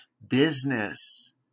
business